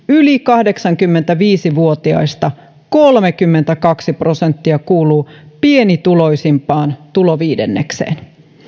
yli kahdeksankymmentäviisi vuotiaista kolmekymmentäkaksi prosenttia kuuluu pienituloisimpaan tuloviidennekseen